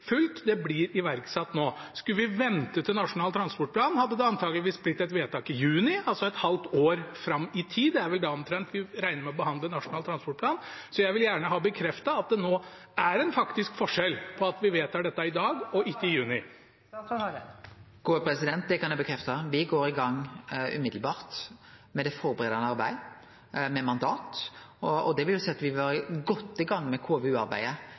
det blir iverksatt nå. Skulle vi vente til Nasjonal transportplan, hadde det antakeligvis blitt et vedtak i juni, altså et halvt år fram i tid, det er vel omtrent da vi regner med å behandle Nasjonal transportplan. Jeg vil gjerne ha bekreftet at det nå er en faktisk forskjell på at vi vedtar dette i dag og ikke i juni. Det kan eg bekrefte. Me går i gang direkte med det forberedande arbeidet, med mandat, og me vil vere godt i gang med KVU-arbeidet i god tid før NTP kjem, i mars. Eg skal vere varsam med